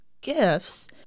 gifts